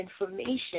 information